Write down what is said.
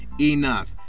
enough